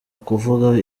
kuvuga